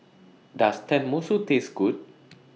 Does Tenmusu Taste Good